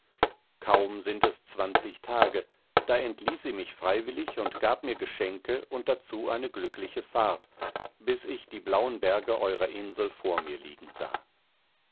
kaum sind es zwanzig tage da entließ sie mich freiwillig und gab mir reiche geschenke und dazu eine glückliche fahrt bis ich die blauen berge eurer insel vor mir liegen sah